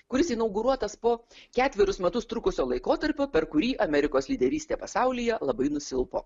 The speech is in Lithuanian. kuris inauguruotas po ketverius metus trukusio laikotarpio per kurį amerikos lyderystė pasaulyje labai nusilpo